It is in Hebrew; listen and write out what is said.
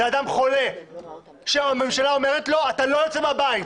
אלא זה אדם חולה שהממשלה אומרת לו: אתה לא יוצא מהבית.